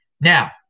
Now